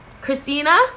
Christina